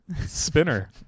Spinner